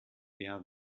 der